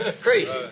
Crazy